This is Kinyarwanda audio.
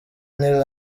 neil